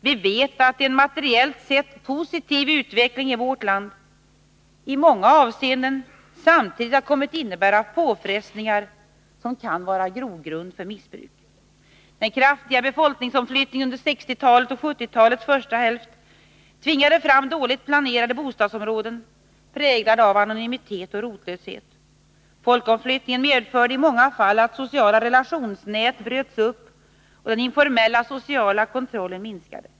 Vi vet att en materiellt sett positiv utveckling i vårt land i många avseenden samtidigt har kommit att innebära påfrestningar, som kan vara en grogrund för missbruk. Den kraftiga folkomflyttningen under 1960-talet och 1970-talets första hälft tvingade fram dåligt planerade bostadsområden, präglade av anonymitet och rotlöshet. Folkomflyttningen medförde i många fall att sociala relationsnät bröts upp och att den informella sociala kontrollen minskade.